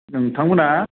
नोंथांमोनहा